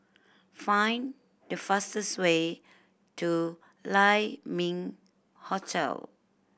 find the fastest way to Lai Ming Hotel